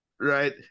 Right